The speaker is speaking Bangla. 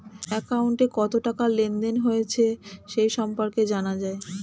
অ্যাকাউন্টে কত টাকা লেনদেন হয়েছে সে সম্পর্কে জানা যায়